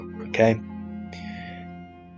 Okay